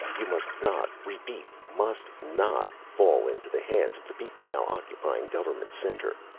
you must not repeat, must not fall into the hands of the people now occupying government center.